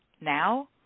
now